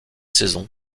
saison